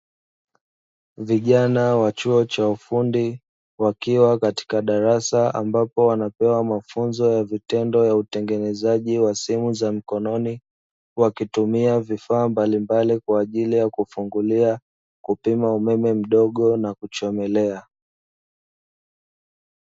Vijana wa chuo cha ufundi wakiwa katika darasa ambapo wanapewa mafunzo ya vitendo ya utengenezaji wa simu za mkononi wakitumia vifaa mbalimbali kwajili ya kufungulia, kupima umeme mdogo na kuchomelea.